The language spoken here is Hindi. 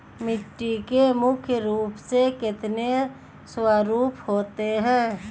मिट्टी के मुख्य रूप से कितने स्वरूप होते हैं?